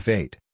eight